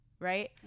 Right